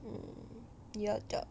mm your dog